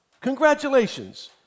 congratulations